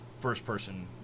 first-person